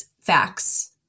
facts